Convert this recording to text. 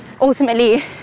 Ultimately